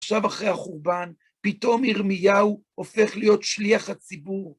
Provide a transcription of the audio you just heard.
עכשיו אחרי החורבן פתאום ירמיהו הופך להיות שליח הציבור.